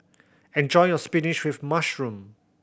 enjoy your spinach with mushroom